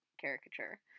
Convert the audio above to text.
caricature